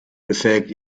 befähigt